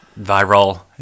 viral